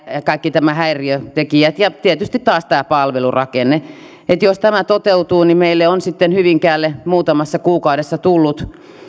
ja kaikki nämä häiriötekijät ja tietysti taas tämä palvelurakenne jos tämä toteutuu meille on sitten hyvinkäälle muutamassa kuukaudessa tullut